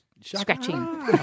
scratching